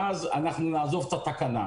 ואז נעזוב את התקנה.